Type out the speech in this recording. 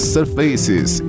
Surfaces